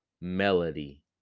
melody